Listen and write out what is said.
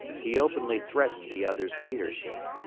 he openly threatened the other's leadership.